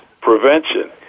prevention